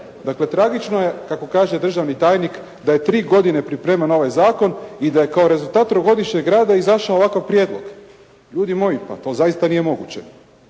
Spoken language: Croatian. Dakle tragično je kako kaže državni tajnik da je tri godine pripreman ovaj zakon i da je kao rezultat trogodišnjeg rada izašao ovakav prijedlog. Ljudi moji, pa to zaista nije moguće.